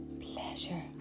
pleasure